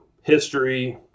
history